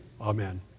amen